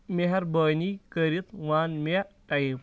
مہربٲنی کٔرِتھ ون مےٚ ٹایم